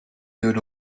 good